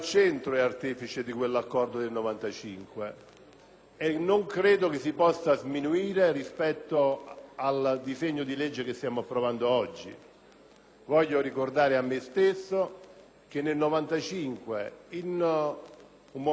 non credo si possa sminuire rispetto al disegno di legge che stiamo approvando oggi. Voglio ricordare a me stesso che nel 1995 il Paese viveva un momento di grandissima difficoltà: vi era